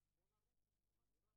כמו כל אזרח במדינה.